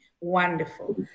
Wonderful